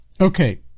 Okay